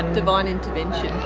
divine intervention.